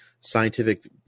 scientific